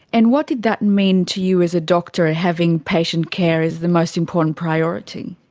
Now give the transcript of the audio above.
and what did that mean to you as a doctor, having patient care as the most important priority?